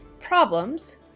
problems